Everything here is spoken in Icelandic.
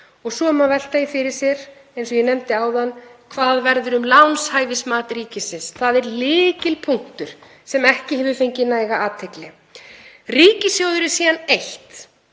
Svo má velta því fyrir sér, eins og ég nefndi áðan, hvað verður um lánshæfismat ríkisins. Það er lykilpunktur sem ekki hefur fengið næga athygli. Ríkissjóður er eitt